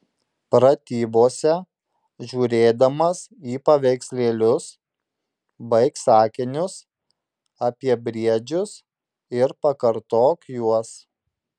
pratybose žiūrėdamas į paveikslėlius baik sakinius apie briedžius ir pakartok juos